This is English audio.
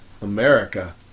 America